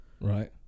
Right